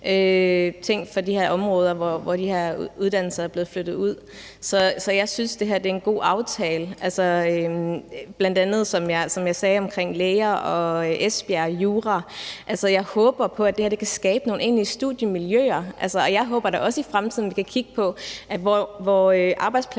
ting for de områder, hvor de her uddannelser er blevet flyttet ud til. Så jeg synes, at det her er en god aftale. Som jeg sagde bl.a. omkring læger og jura i Esbjerg, håber jeg på, at det her kan skabe nogle egentlige studiemiljøer. Jeg håber da også, at vi i fremtiden kan kigge på, hvor arbejdspladserne